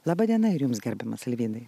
laba diena ir jums gerbiamas alvydai